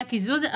קיזוז.